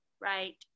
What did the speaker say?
right